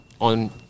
on